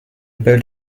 built